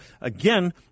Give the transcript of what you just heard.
again